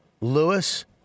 Lewis